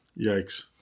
Yikes